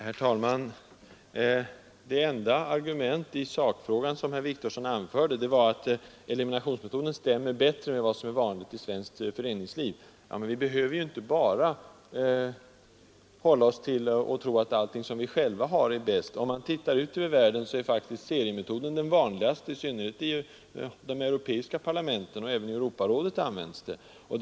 Herr talman! Det enda argument i sakfrågan som herr Wictorsson anförde, var att eliminationsmetoden stämmer bättre med vad som är vanligt i svenskt föreningsliv. Men vi behöver inte tro att bara det som vi jälva har är bäst. Om man tittar ut över världen, finner man att seriemetoden är den vanligaste, i synnerhet i de europeiska parlamenten. Även i Europarådet används den metoden.